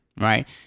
Right